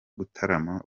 gutarama